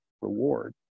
reward